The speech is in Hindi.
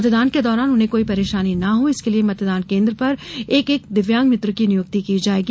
मतदान के दौरान उन्हें कोई परेशानी ना हो इसके लिये मतदान केन्द्र पर एक एक दिव्यांग मित्र की नियुक्ति की जायेगी